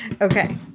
Okay